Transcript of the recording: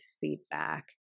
feedback